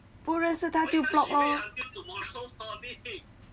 不认识他就 block lor